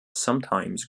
sometimes